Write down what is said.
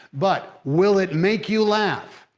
but will it make you laugh?